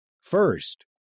First